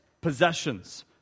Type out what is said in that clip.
possessions